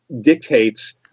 dictates